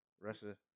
Russia